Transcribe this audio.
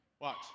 Watch